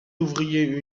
ouvriers